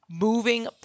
moving